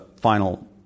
final